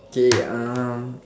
K um